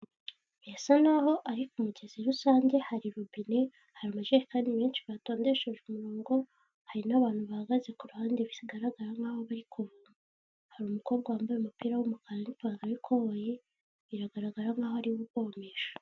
Birasa naho ari ku mugezi rusange hari robine hari amajerikani menshi batondeshejwe umurongo hari n'abantu bahagaze ku ruhande bigaragara nkaho bari kuvoma ,hari umukobwa wambaye umupira w'umukara n'ipantaro y'ikoboyi biragaragara nk'aho ari we uvomesha .